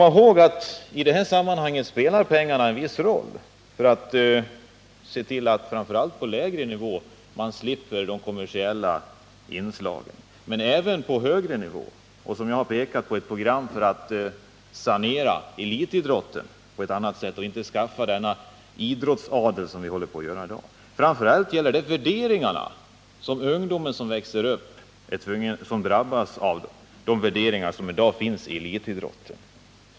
I det här sammanhanget spelar pengarna en viss roll för att man framför allt på lägre nivå — men även på högre nivå — skall slippa de kommersiella inslagen. Jag har pekat på ett program för att sanera elitidrotten och motverka uppkomsten av den idrottsadel som i dag håller på att uppstå. Det gäller framför allt de värderingar som i dag finns i elitidrotten och som drabbar ungdomen som växer upp i dag.